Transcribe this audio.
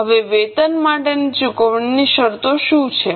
હવે વેતન માટેની ચુકવણીની શરતો શું છે